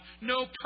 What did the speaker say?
no